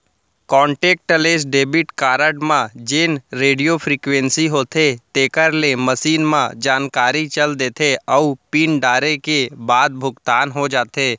contactless debit card म जेन radio frequency होथे तेकर ले मसीन म जानकारी चल देथे अउ पिन डारे के बाद भुगतान हो जाथे